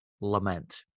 lament